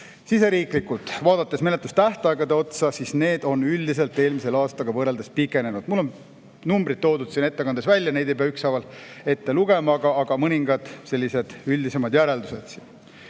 siseriiklikult, kui vaadata menetlustähtaegade otsa, siis need on üldiselt eelmise aastaga võrreldes pikenenud. Mul on need numbrid siin ettekandes välja toodud, neid ei pea ükshaaval ette lugema, aga mõningad sellised üldisemad järeldused.